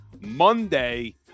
Monday